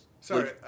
sorry